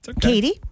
katie